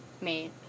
made